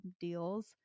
deals